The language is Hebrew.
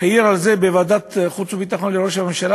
העיר על זה בוועדת חוץ וביטחון לראש הממשלה,